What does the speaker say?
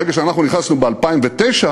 ברגע שאנחנו נכנסנו, ב-2009,